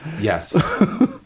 yes